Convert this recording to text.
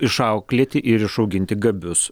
išauklėti ir išauginti gabius